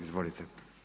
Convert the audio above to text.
Izvolite.